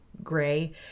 gray